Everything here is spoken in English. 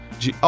de